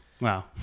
Wow